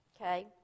okay